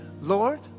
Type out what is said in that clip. Lord